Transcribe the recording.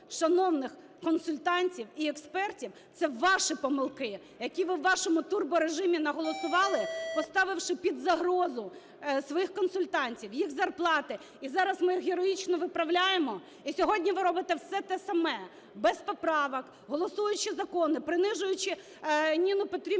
шановних консультантів і експертів, це ваші помилки, які ви у вашому турборежимі наголосували, поставивши під загрозу своїх консультантів, їх зарплати. І зараз ми їх героїчно виправляємо. І сьогодні ви робите все те саме, без поправок голосуючи закони, принижуючи Ніну Петрівну